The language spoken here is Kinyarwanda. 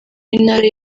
w’intara